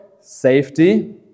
Safety